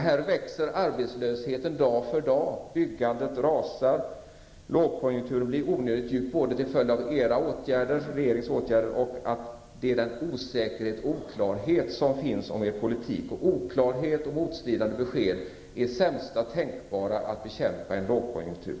Här växer arbetslösheten dag för dag, byggandet rasar, lågkonjunkturen blir onödigt djup både till följd av regeringens åtgärder och till följd av den osäkerhet och oklarhet som finns om er politik. Oklarhet och motstridande besked är sämsta tänkbara metod för att bekämpa en lågkonjunktur.